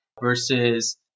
versus